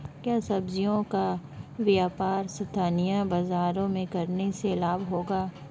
क्या सब्ज़ियों का व्यापार स्थानीय बाज़ारों में करने से लाभ होगा?